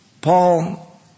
Paul